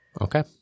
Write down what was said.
Okay